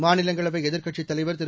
மாநிலங்களவை எதிர்க்கட்சித் தலைவர் திரு